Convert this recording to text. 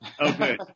Okay